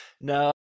No